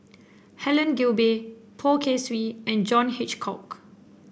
Helen Gilbey Poh Kay Swee and John Hitchcock